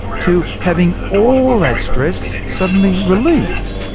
to having all that stress suddenly relieved.